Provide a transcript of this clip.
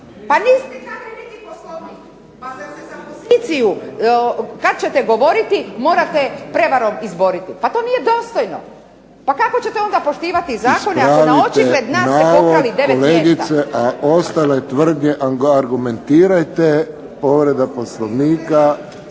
... /Govornica nije uključena./ ... kada ćete govoriti morate prevarom izboriti. Pa to nije dostojno. Pa kako ćete onda poštivati zakone ako na očigled nas ste pokrali 9 mjeseca.